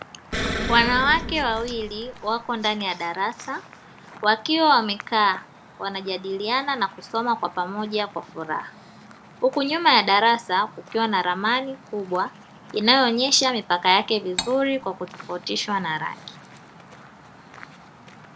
Wanawake wawili wako ndani ya darasa, wakiwa wamekaa wanajadiliana na kusoma kwa pamoja kwa furaha. Huku nyuma ya darasa, kukiwa na ramani kubwa inayoonesha mipaka yake vizuri, kwa kutofautishwa na rangi.